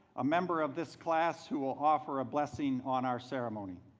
a member of this class who will offer a blessing on our ceremony.